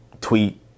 tweet